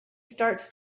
starts